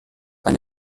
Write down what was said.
eine